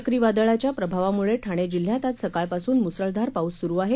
चक्रीवादळाच्या प्रभावामुळे ठाणे जिल्ह्यात आज सकाळपासून मुसळधार पाऊस सुरु आहे